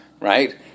right